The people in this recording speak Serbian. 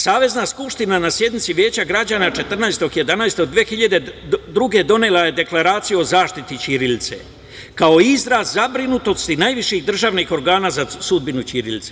Savezna skupština na sednici Veća građana 14.11.2002. godine donela je Deklaraciju o zaštiti ćirilice kao izraz zabrinutosti najviših državnih organa za sudbinu ćirilice.